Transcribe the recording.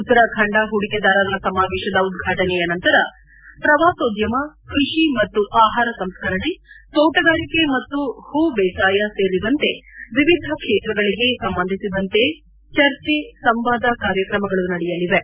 ಉತ್ತರಾಖಂಡ ಹೂಡಿಕೆದಾರರ ಸಮಾವೇಶದ ಉದ್ವಾಟನೆಯ ನಂತರ ಶ್ರವಾಸೋದ್ಯಮ ಕೃಷಿ ಮತ್ತು ಆಹಾರ ಸಂಸ್ಕರಣೆ ತೋಟಗಾರಿಕೆ ಮತ್ತು ಹೂಬೇಸಾಯ ಸೇರಿದಂತೆ ವಿವಿಧ ಕ್ಷೇತ್ರಗಳಿಗೆ ಸಂಬಂಧಿಸಿದಂತೆ ಚರ್ಚೆ ಸಂವಾದ ಕಾರ್ಯಕ್ರಮಗಳು ನಡೆಯಲಿವೆ